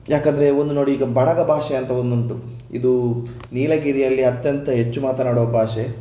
ಯಾಕೆಂದರೆ ಒಂದು ನೋಡಿ ಈಗ ಬಡಗ ಭಾಷೆಯಂತ ಒಂದುಂಟು ಇದು ನೀಲಗಿರಿಯಲ್ಲಿ ಅತ್ಯಂತ ಹೆಚ್ಚು ಮಾತನಾಡುವ ಭಾಷೆ